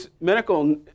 Medical